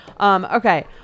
Okay